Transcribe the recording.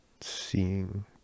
seeing